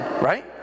right